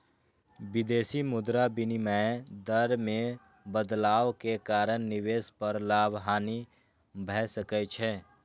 विदेशी मुद्रा विनिमय दर मे बदलाव के कारण निवेश पर लाभ, हानि भए सकै छै